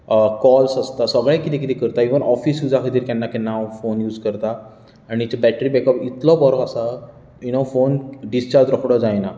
calls आसता सगळें कितें कितें करता इवन ऑफिस युसा खातीर केन्ना केन्ना हांव फोन यूस करतां आनी ताची बॅटरी बॅकअप इतलो बरो आसा यू नो फोन डिसचार्ज रोखडो जायना